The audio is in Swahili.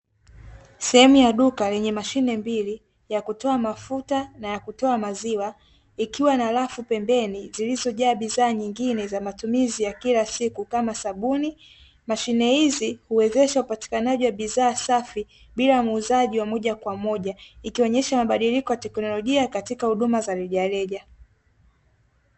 Sehemu ya duka lenye mashine mbili ya kutoa mafuta na ya kutoa maziwa, ikiwa na rafu pembeni zilizojaa bidhaa nyingine zenye matumizi ya kila siku kama sabuni. Mashine hizi huwezesha upatikanaji wa bidhaa safi, bila muuzaji wa moja kwa moja, ikionyesha mabadiliko ya teknolojia katika huduma za rejareja.